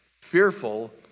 fearful